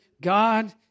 God